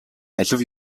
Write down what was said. алив